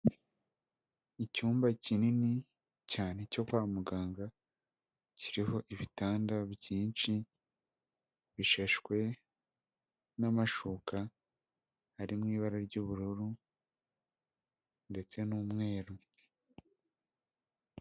Icyumba kinini cyane cyo kwa muganga kiriho ibitanda byinshi bishashwe n'amashuka ari mu ibara ry'ubururu ndetse n'umweru.